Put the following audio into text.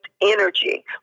energy